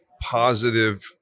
positive